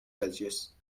celsius